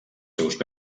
seus